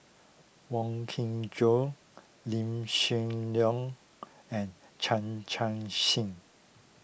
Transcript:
Wong Kin Jong Lim Soo and Chan Chun Sing